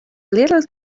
little